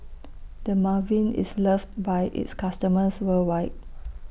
Dermaveen IS loved By its customers worldwide